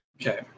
Okay